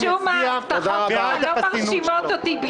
משום מה ההבטחות שלך לא מרשימות אותי בכלל.